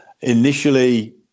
initially